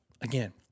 again